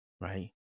right